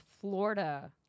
Florida